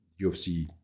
UFC